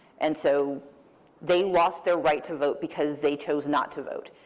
and so they lost their right to vote, because they chose not to vote.